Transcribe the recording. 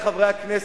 חברי חברי הכנסת,